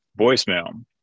Voicemail